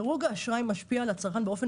דירוג האשראי משפיע על הצרכן באופן